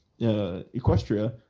Equestria